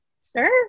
Sir